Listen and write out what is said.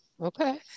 Okay